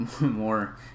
more